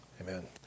Amen